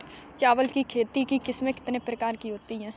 चावल की खेती की किस्में कितने प्रकार की होती हैं?